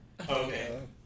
Okay